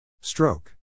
Stroke